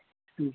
جی